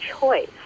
choice